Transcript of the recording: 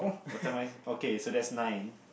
bottom right okay so that's nine